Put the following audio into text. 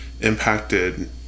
impacted